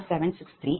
3637